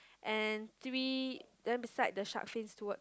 and three then beside the shark fins word